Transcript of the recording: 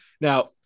Now